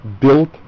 built